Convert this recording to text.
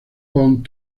pon